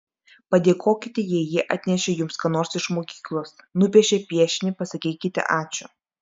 padėkokite jei jie atnešė jums ką nors iš mokyklos nupiešė piešinį pasakykite ačiū